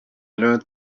learned